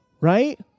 right